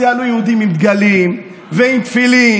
אז יעלו יהודים עם דגלים ועם תפילין